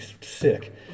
sick